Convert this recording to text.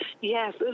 yes